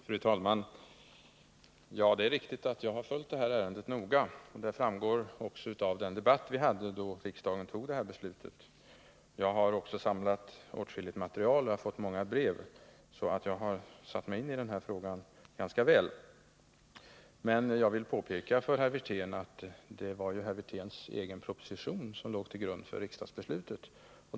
Fru talman! Ja, det är riktigt att jag har följt ärendet noga. Det framgår också av den debatt vi hade när riksdagen fattade detta beslut. Jag har samlat åtskilligt material och fått många brev, så jag har satt mig in i den här frågan ganska väl. Men jag vill påpeka att det var herr Wirténs egen proposition som låg till grund för riksdagsbeslutet.